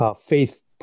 faith